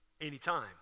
anytime